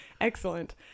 Excellent